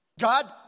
God